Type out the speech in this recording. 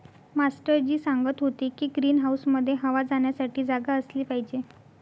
master ji सांगत होते की ग्रीन हाऊसमध्ये हवा जाण्यासाठी जागा असली पाहिजे